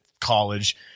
college